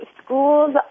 schools